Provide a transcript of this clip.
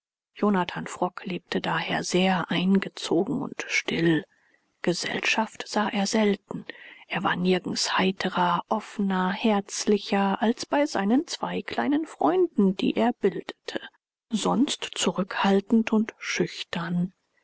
jonathan frock lebte daher sehr eingezogen und still gesellschaft sah er selten er war nirgends heiterer offener herzlicher als bei seinen zwei kleinen freunden die er bildete sonst zurückhaltend und schüchtern